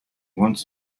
wants